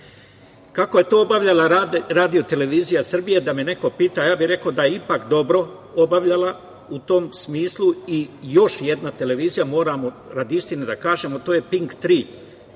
je to obavljala RTS da me neko pita, ja bih rekao da je ipak dobro obavljala, u tom smislu i još jedna televizija, moramo radi istine da kažemo, to je „Pink3“,